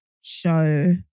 show